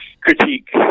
critique